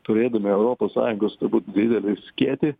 turėdami europos sąjungos turbūt didelį skėtį